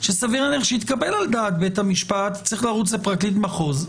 שסביר להניח שיתקבל על דעת בית המשפט צריך לרוץ לפרקליט מחוז.